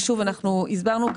ושוב, אנחנו הסברנו.